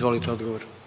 Hvala.